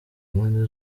mpande